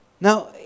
Now